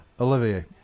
Olivier